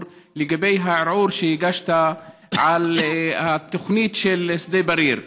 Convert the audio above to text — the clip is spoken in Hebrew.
לגבי הערעור שהגשת על התוכנית של שדה בריר.